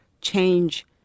change